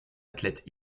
athlète